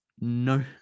no